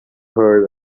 heard